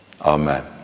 Amen